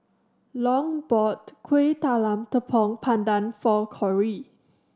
long bought Kuih Talam Tepong Pandan for Corrie